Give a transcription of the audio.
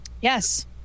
Yes